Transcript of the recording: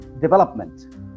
Development